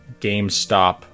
GameStop